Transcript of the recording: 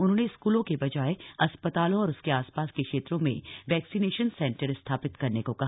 उन्होंने स्कूलों के बजाय अस्पतालों और उसके आसपास के क्षेत्रों में वैक्सिनेशन सेन्टर स्थापित करने को कहा